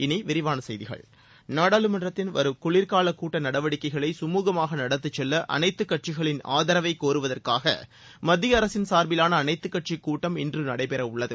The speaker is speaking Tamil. இனி விரிவான செய்திகள் நாடாளுமன்றத்தின் வரும் குளிர்கால கூட்ட நடவடிக்கைகளை கமுகமாக நடத்திச் செல்ல அனைத்துக் கட்சிகளின் ஆதரவை கோருவதற்காக மத்திய அரசின் சார்பிவாள அனைத்து கட்சி கூட்டம் இன்று நடைபெறவுள்ளது